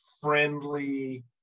friendly